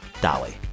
Dolly